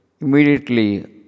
immediately